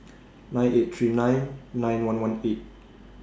nine eight three nine nine one one eight